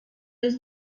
was